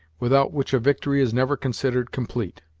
without which a victory is never considered complete.